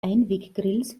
einweggrills